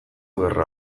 gerra